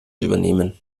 übernehmen